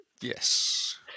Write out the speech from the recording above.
Yes